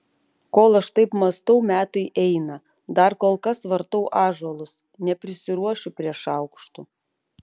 kol aš taip mąstau metai eina dar kol kas vartau ąžuolus neprisiruošiu prie šaukštų